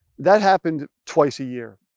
that happened twice a year,